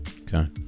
Okay